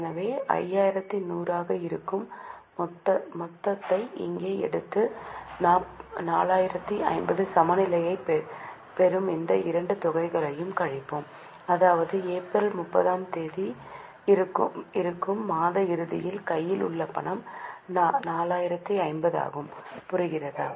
எனவே 5100 ஆக இருக்கும் மொத்தத்தை இங்கே எடுத்து 4050 சமநிலையைப் பெறும் இந்த இரண்டு தொகைகளையும் கழிப்போம் அதாவது ஏப்ரல் 30 ஆம் தேதி இருக்கும் மாத இறுதியில் கையில் உள்ள பணம் 4050 ஆகும் புரிகிறதா